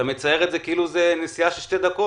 אתה מצייר את זה כאילו זאת נסיעה של שתי דקות,